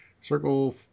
circle